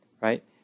Right